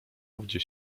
ówdzie